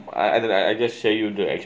I I I don't like I just share you the act~